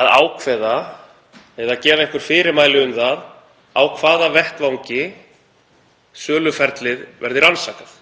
að ákveða eða gefa einhver fyrirmæli um það á hvaða vettvangi söluferlið verði rannsakað.